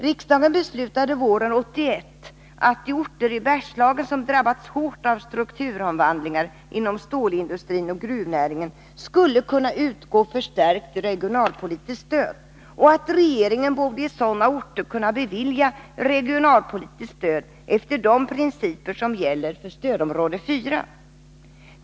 Riksdagen beslutade våren 1981 att i orter i Bergslagen som drabbats hårt av strukturomvandlingar inom stålindustrin och gruvnäringen skulle utgå ett förstärkt regionalpolitiskt stöd och att regeringen i sådana orter borde kunna bevilja regionalpolitiskt stöd efter de principer som gäller för stödområde 4.